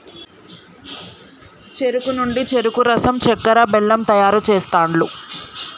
చెరుకు నుండి చెరుకు రసం చెక్కర, బెల్లం తయారు చేస్తాండ్లు